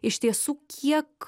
iš tiesų kiek